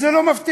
וזה לא מפתיע.